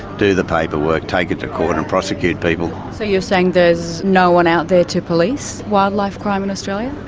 do the paperwork, take it to court, and prosecute people. so you're saying there's no one out there to police wildlife crime in australia?